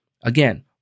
again